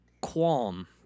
qualm